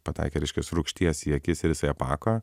pataikė reiškias rūgšties į akis ir jisai apako